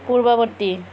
পূৰ্ববৰ্তি